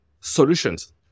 solutions